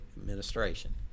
administration